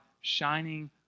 shining